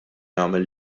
jagħmel